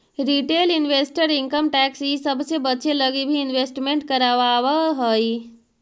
retail investor income tax इ सब से बचे लगी भी इन्वेस्टमेंट करवावऽ हई